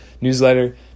newsletter